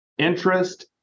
interest